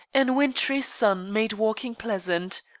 and a wintry sun made walking pleasant.